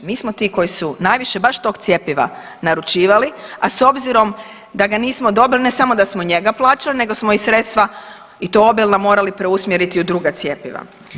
Mi smo ti koji smo najviše baš tog cjepiva naručivali, a s obzirom da ga nismo dobili, ne samo da smo njega plaćali, nego smo i sredstva i to obilna morali preusmjeriti u druga cjepiva.